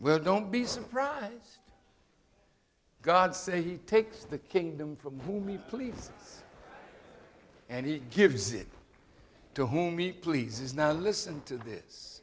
well don't be surprised god say he takes the kingdom from whom he please and he gives it to whom he pleases now listen to this